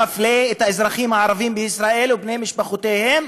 המפלה את האזרחים הערבים בישראל ובני משפחותיהם,